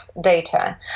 data